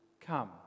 Come